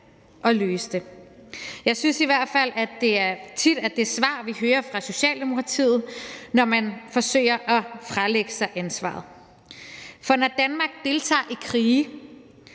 at løse det. Jeg synes i hvert fald, at det tit er det svar, vi hører fra Socialdemokratiet, når man forsøger at fralægge sig ansvaret, for når Danmark deltager i krige,